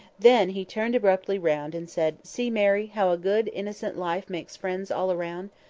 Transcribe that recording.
then he turned abruptly round, and said, see, mary, how a good, innocent life makes friends all around.